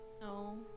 No